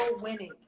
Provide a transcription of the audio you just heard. winning